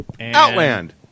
Outland